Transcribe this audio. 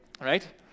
Right